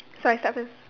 so I start first